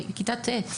היא בכיתה ט'.